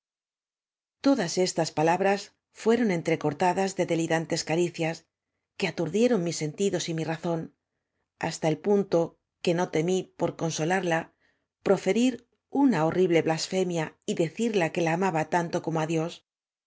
todas estas pala t ras fueron entrecortadas de delirantes caricias que aturdieron mis sentidos y mi razón hasta el punto que no temí por con solarla proferir una horrible blasfemia y decida que la amaba tanto como á dios